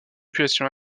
population